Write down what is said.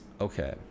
okay